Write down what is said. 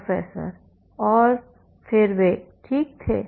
professor और फिर वे ठीक थे